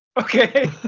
Okay